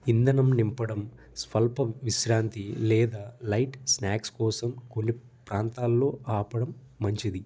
ఇంధనం నింపడం స్వల్ప విశ్రాంతి లేదా లైట్ స్నాక్స్ కోసం కొన్ని ప్రాంతాల్లో ఆపడం మంచిది